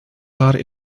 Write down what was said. klaar